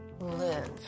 live